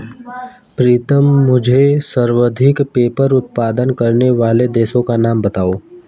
प्रीतम मुझे सर्वाधिक पेपर उत्पादन करने वाले देशों का नाम बताओ?